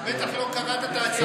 אתה בטח לא קראת את ההצעה,